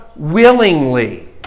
willingly